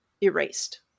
erased